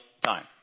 time